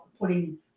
putting